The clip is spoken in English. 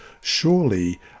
Surely